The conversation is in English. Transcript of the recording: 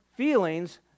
feelings